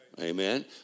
Amen